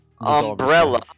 umbrella